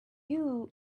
you